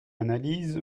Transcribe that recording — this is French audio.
analyse